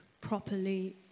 properly